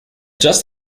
just